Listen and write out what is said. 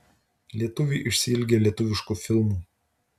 lietuviai išsiilgę lietuviškų filmų